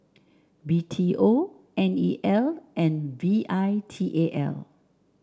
B T O N E L and V I T A L